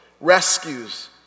rescues